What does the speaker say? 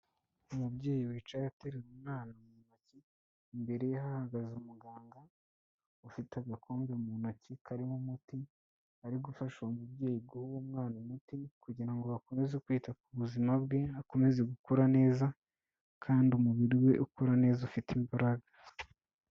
Umubyeyi wicaye ateruye umwana mu ntoki, imbere ye hahagaze umuganga ufite agakombe mu ntoki karimo umuti, ari gufasha uwo mubyeyi guha uwo mwana umuti kugira ngo bakomeze kwita ku buzima bwe, akomeze gukura neza kandi umubiri we ukura neza ufite imbaraga.